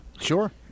Sure